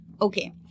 Okay